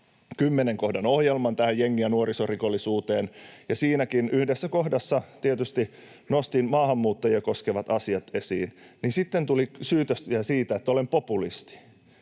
kymmenen kohdan ohjelman tähän jengi- ja nuorisorikollisuuteen, ja siinäkin yhdessä kohdassa tietysti nostin maahanmuuttajia koskevat asiat esiin, niin sitten tuli syytös siitä, että olen populisti.